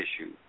issue